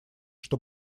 что